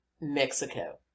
Mexico